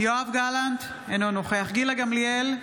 יואב גלנט, אינו נוכח גילה גמליאל,